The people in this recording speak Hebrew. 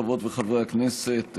חברות וחברי הכנסת,